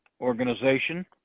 organization